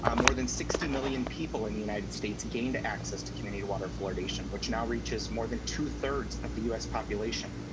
um more than sixty million people in the united states gained access to community water fluoridation, which now reaches more than two thirds of the u s. population.